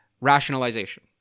Rationalization